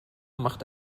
macht